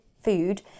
food